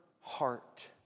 heart